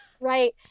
Right